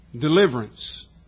deliverance